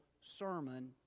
Sermon